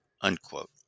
unquote